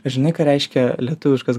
o žinai ką reiškia lietuviškas